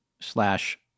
slash